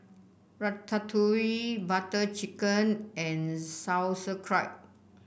Ratatouille Butter Chicken and Sauerkraut